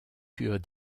furent